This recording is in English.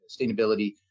sustainability